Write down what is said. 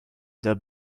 their